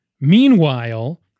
Meanwhile